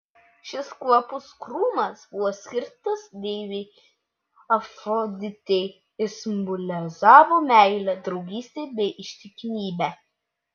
šis kvapus krūmas buvo skirtas deivei afroditei ir simbolizavo meilę draugystę bei ištikimybę